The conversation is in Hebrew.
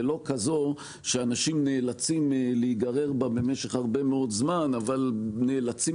ולא כזו שאנשים נאלצים להיגרר בה במשך הרבה מאוד זמן אבל נאלצים